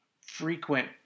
frequent